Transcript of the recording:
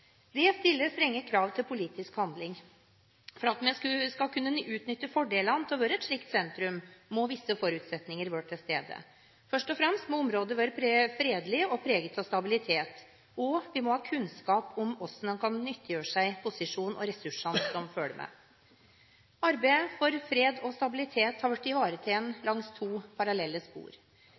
Det stiller strenge krav til politisk handling. For at vi skal kunne utnytte fordelene av å være et slikt sentrum, må visse forutsetninger være til stede. Først og fremst må området være fredelig og preget av stabilitet, og vi må ha kunnskap om hvordan man kan nyttiggjøre seg posisjonen og ressursene som følger med. Arbeid for fred og stabilitet har blitt ivaretatt langs to parallelle spor: